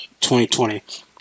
2020